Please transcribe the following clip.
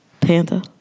Panda